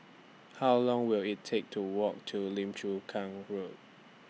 How Long Will IT Take to Walk to Lim Chu Kang Road